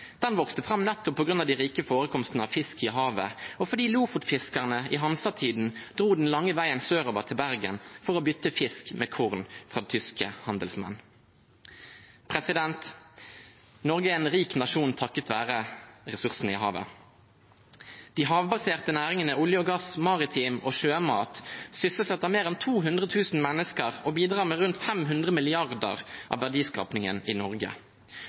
den vokste fram nettopp på grunn av de rike forekomstene av fisk i havet, og fordi lofotfiskerne i hansatiden dro den lange veien sørover til Bergen for å bytte fisk med korn fra tyske handelsmenn. Norge er en rik nasjon takket være ressursene i havet. De havbaserte næringene olje og gass, maritim sektor og sjømatnæringen sysselsetter mer enn 200 000 mennesker og bidrar med rundt 500 mrd. kr av verdiskapingen i Norge.